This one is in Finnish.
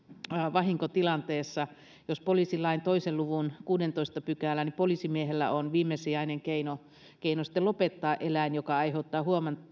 vahinkotilanteessa jos poliisilain toisen luvun kuudennentoista pykälän mukaan poliisimiehen viimesijainen keino on sitten lopettaa eläin joka aiheuttaa